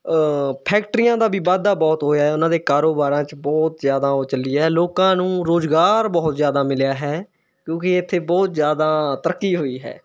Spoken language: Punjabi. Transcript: ਫੈਕਟਰੀਆਂ ਦਾ ਵੀ ਵਾਧਾ ਬਹੁਤ ਹੋਇਆ ਉਹਨਾਂ ਦੇ ਕਾਰੋਬਾਰਾਂ 'ਚ ਬਹੁਤ ਜ਼ਿਆਦਾ ਉਹ ਚੱਲੀ ਹੈ ਲੋਕਾਂ ਨੂੰ ਰੋਜ਼ਗਾਰ ਬਹੁਤ ਜ਼ਿਆਦਾ ਮਿਲਿਆ ਹੈ ਕਿਉਂਕਿ ਇੱਥੇ ਬਹੁਤ ਜ਼ਿਆਦਾ ਤਰੱਕੀ ਹੋਈ ਹੈ